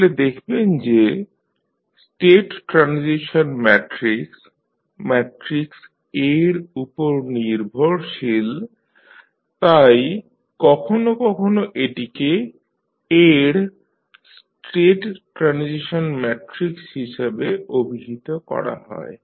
তাহলে দেখবেন যে state transition matrix matrix A এর উপর নির্ভরশীল তাই কখনো কখনো এটিকে A এর স্টেট ট্রানজিশন ম্যাট্রিক্স হিসাবে অভিহিত করা হয়